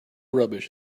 rubbish